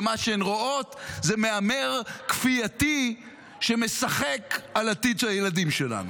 ומה שהן רואות זה מהמר כפייתי שמשחק על העתיד של הילדים שלנו.